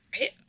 Right